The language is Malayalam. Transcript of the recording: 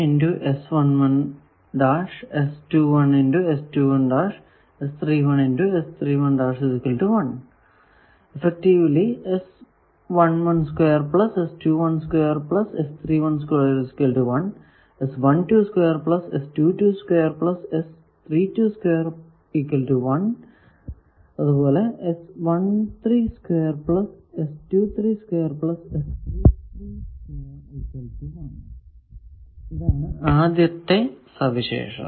ഇതാണ് ആദ്യത്തെ സവിശേഷത